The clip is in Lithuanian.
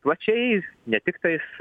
plačiai ne tiktais